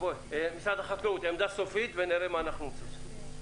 משרד החקלאות, עמדה סופית ונראה מה אפשר לעשות.